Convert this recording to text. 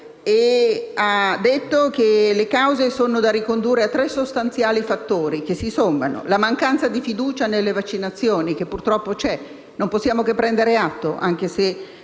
le cause, che sono da ricondurre a tre sostanziali fattori che si sommano: la mancanza di fiducia nelle vaccinazioni purtroppo c'è, non possiamo che prenderne atto anche se